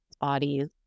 bodies